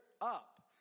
up